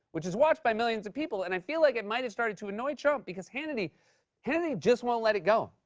which is watched by millions of people, and i feel like it might have started to annoy trump, because hannity hannity just won't let it go.